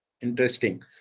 interesting